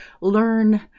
learn